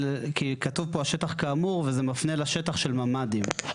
כתוב פה "השטח כאמור" וזה מפנה לשטח של ממ"דים,